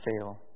fail